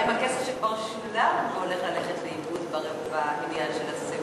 מה עם הכסף שכבר שולם והולך ללכת לאיבוד בעניין של הסיעוד?